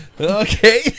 Okay